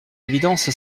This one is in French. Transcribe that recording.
évidence